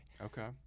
Okay